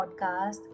podcast